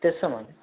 తెస్తామండి